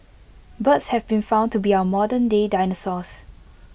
birds have been found to be our modernday dinosaurs